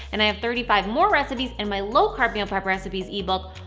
and i have thirty five more recipes in my low carb meal prep recipes ebook!